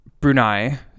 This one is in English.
Brunei